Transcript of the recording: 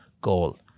goal